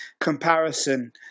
comparison